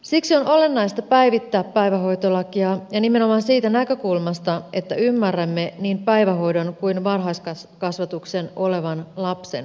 siksi on olennaista päivittää päivähoitolakia ja nimenomaan siitä näkökulmasta että ymmärrämme niin päivähoidon kuin varhaiskasvatuksenkin olevan lapsen oikeus